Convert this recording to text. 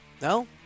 No